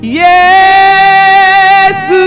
yes